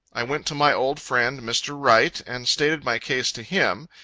i went to my old friend, mr. wright, and stated my case to him.